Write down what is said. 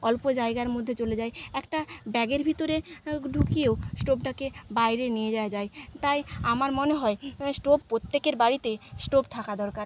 অল্প জায়গার মধ্যে চলে যায় একটা ব্যাগের ভিতরে ঢুকিয়েও স্টোভটাকে বাইরে নিয়ে যাওয়া যায় তাই আমার মনে হয় স্টোভ প্রত্যেকের বাড়িতে স্টোভ থাকা দরকার